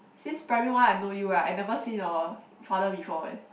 since primary one I know you ah I never seen your father before eh